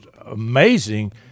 amazing